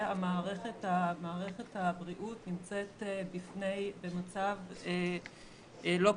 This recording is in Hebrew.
ומערכת הבריאות נמצאת במצב לא פשוט,